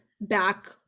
back